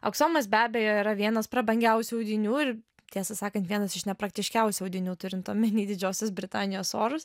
aksomas be abejo yra vienas prabangiausių audinių ir tiesą sakant vienas iš nepraktiškiausių audinių turint omeny didžiosios britanijos orus